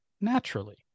naturally